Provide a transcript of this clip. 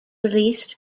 released